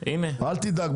אל תדאג.